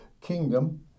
kingdom